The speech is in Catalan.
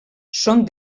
són